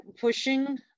pushing